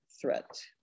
threat